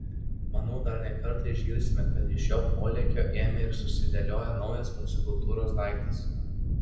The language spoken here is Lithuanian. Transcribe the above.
manau dar ne kartą išgirsime kad iš jo polėkio ėmė ir susidėliojo naujas mūsų kultūros daiktas